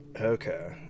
okay